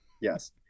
Yes